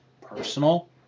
Personal